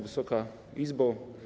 Wysoka Izbo!